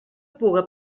puga